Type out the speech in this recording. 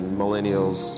millennials